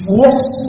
works